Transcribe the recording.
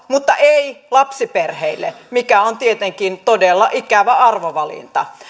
mutta ei lapsiperheille mikä on tietenkin todella ikävä arvovalinta